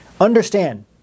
Understand